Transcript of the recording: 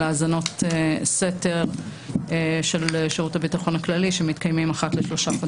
האזנות סתר של שירות הביטחון הכללי שמתקיימים אחת ל-3 חודשים.